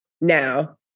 now